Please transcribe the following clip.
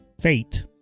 Fate